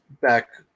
Back